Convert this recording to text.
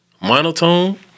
monotone